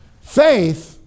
Faith